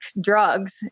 drugs